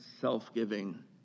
self-giving